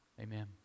amen